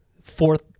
fourth